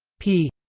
p,